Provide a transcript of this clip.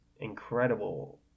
incredible